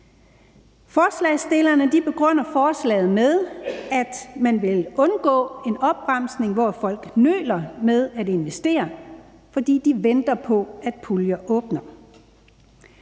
Forslagsstillerne begrunder forslaget med, at man vil undgå en opbremsning, hvor folk nøler med at investere, fordi de venter på, at puljer åbner.